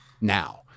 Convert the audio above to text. now